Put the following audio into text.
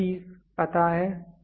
workpiece पता है